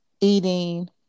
eating